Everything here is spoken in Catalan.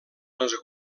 les